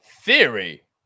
Theory